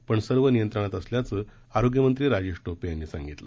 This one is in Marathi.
पण सर्व नियंत्रणात असल्याचं आरोग्यमंत्री राजेश ध्री यांनी सांगितलं